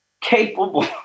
capable